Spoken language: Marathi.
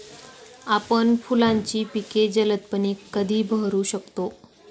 आपण फुलांची पिके जलदपणे कधी बहरू शकतो?